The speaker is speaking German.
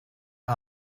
den